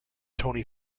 tony